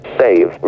save